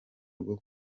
rwo